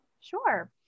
Sure